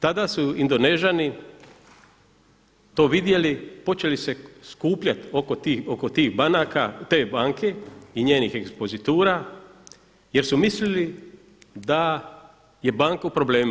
Tada su Indonežani to vidjeli, počeli se skupljat oko tih banaka, te banke i njezinih ekspozitura jer su mislili da je banka u problemima.